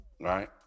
right